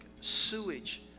sewage